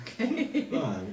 okay